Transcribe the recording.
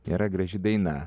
yra graži daina